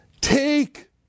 Take